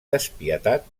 despietat